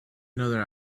another